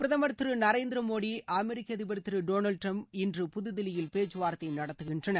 பிரதமர் திரு நரேந்திர மோடி அமெரிக்க அதிபர் திரு டொனாவ்ட் டிரம்ப் இன்று புதுதில்லியில் பேச்சுவார்த்தை நடத்துகின்றனர்